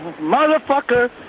Motherfucker